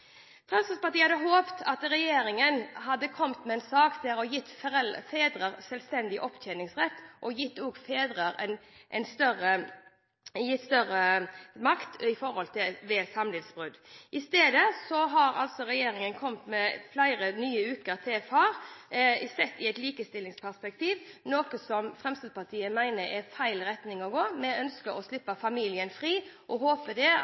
Fremskrittspartiet hadde håpet at regjeringen hadde gitt fedre selvstendig opptjeningsrett, og også gitt fedre større makt ved samlivsbrudd. I stedet har regjeringen kommet med flere nye uker til far i et likestillingsperspektiv, og det mener Fremskrittspartiet er feil retning å gå. Vi ønsker å slippe familien fri, og håper at vi til høsten etter valget skal klare å få til valgfrihet, slik at familiene selv skal fordele disse ukene mellom mor og far. Det